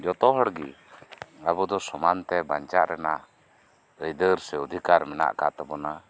ᱡᱚᱛᱚ ᱦᱚᱲ ᱜᱮ ᱟᱵᱚ ᱫᱚ ᱵᱟᱧᱪᱟᱜ ᱨᱮᱱᱟᱜ ᱟᱹᱭᱫᱟᱹᱨ ᱥᱮ ᱚᱫᱷᱤᱠᱟ ᱢᱮᱱᱟᱜ ᱟᱠᱟᱫ ᱛᱟᱵᱚᱱᱟ